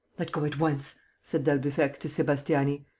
let go at once! said d'albufex to sebastiani.